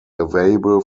available